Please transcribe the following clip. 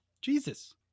Jesus